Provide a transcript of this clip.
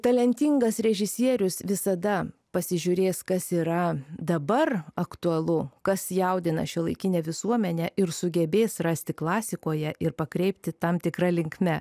talentingas režisierius visada pasižiūrės kas yra dabar aktualu kas jaudina šiuolaikinę visuomenę ir sugebės rasti klasikoje ir pakreipti tam tikra linkme